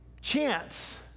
chance